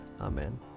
Amen